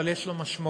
אבל יש לו משמעויות.